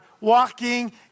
walking